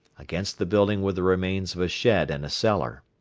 against the building were the remains of a shed and a cellar.